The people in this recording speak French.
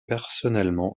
personnellement